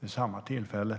vid samma tillfälle.